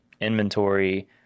inventory